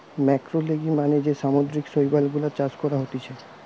ম্যাক্রোলেগি মানে যে সামুদ্রিক শৈবাল গুলা চাষ করা হতিছে